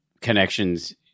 connections